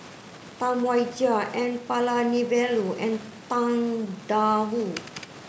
Tam Wai Jia N Palanivelu and Tang Da Wu